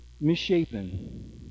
misshapen